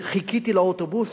חיכיתי לאוטובוס,